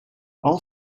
all